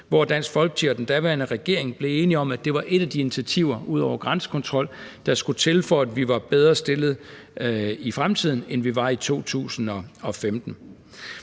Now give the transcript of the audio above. hvor Dansk Folkeparti og den daværende regering blev enige om, at det var et af de initiativer, ud over grænsekontrol, der skulle til, for at vi var bedre stillet i fremtiden, end vi var i 2015.